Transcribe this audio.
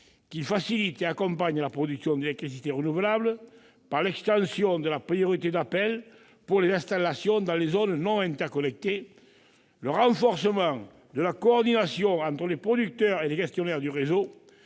il facilite et accompagne la production d'électricité renouvelable par l'extension de la priorité d'appel pour les installations dans les zones non interconnectées, le renforcement de la coordination entre les producteurs et les gestionnaires du réseau,